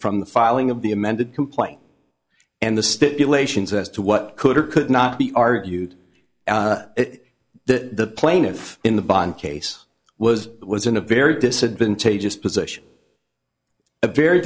from the filing of the amended complaint and the stipulations as to what could or could not be argued the plaintiff in the bond case was was in a very disadvantageous position a very